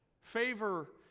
Favor